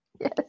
Yes